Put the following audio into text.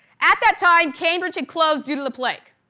at that time cambridge had closed due to the plague.